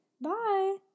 Bye